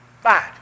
Fine